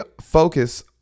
focus